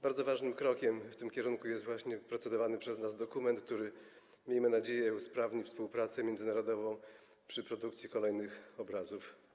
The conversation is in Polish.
Bardzo ważnym krokiem w tym kierunku jest właśnie procedowany przez nas dokument, który, miejmy nadzieję, usprawni współpracę międzynarodową przy produkcji kolejnych obrazów.